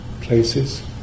places